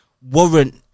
Warrant